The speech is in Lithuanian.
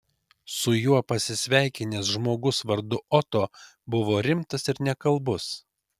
su juo pasisveikinęs žmogus vardu oto buvo rimtas ir nekalbus